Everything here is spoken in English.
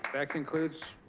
that concludes.